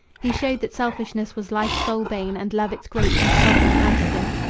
he showed that selfishness was life's sole bane and love its great and sovereign antidote.